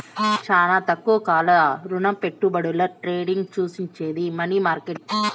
శానా తక్కువ కాల రుణపెట్టుబడుల ట్రేడింగ్ సూచించేది మనీ మార్కెట్